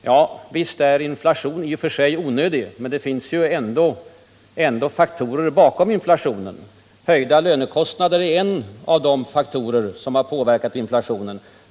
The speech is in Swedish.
Ja, visst är inflation i och för sig onödig, men det finns ändå faktorer bakom den. Höjda lönekostnader är en av de faktorer som har påverkat inflationen.